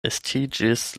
estiĝis